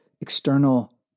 external